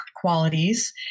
qualities